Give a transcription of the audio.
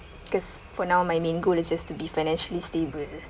cause for now my main goal is just to be financially stable